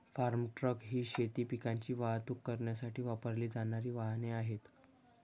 form truck ही शेती पिकांची वाहतूक करण्यासाठी वापरली जाणारी वाहने आहेत